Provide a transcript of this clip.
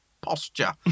posture